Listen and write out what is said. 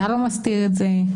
אתה לא מסתיר את זה,